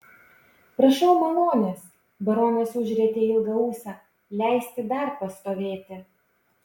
prašau malonės baronas užrietė ilgą ūsą leisti dar pastovėti